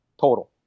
total